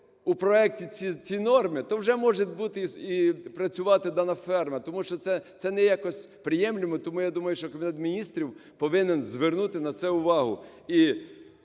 у проекті ці норми, то вже може бути працювати дана ферма, тому що це не є якось приємлимо. Тому я думаю, що Кабінет Міністрів повинен звернути на це увагу.